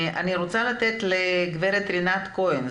אני רוצה לתת לגב' רינת כהן,